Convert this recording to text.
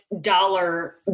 dollar